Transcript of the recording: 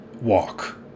walk